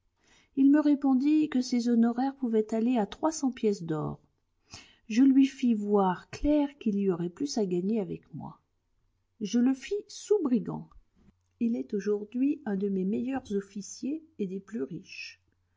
il me répondit que ses honoraires pouvaient aller à trois cents pièces d'or je lui fis voir clair qu'il y aurait plus à gagner avec moi je le fis sous brigand il est aujourd'hui un de mes meilleurs officiers et des plus riches